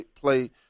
play